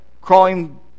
crawling